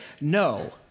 No